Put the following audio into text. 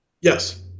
Yes